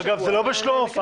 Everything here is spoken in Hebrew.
אגב, זה לא בשלוף.